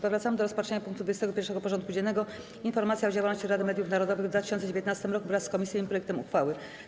Powracamy do rozpatrzenia punktu 21. porządku dziennego: Informacja o działalności Rady Mediów Narodowych w 2019 roku wraz z komisyjnym projektem uchwały.